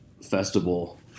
festival